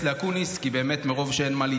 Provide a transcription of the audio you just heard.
אבל גם עם מיארה.